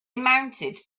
mounted